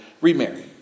Remarry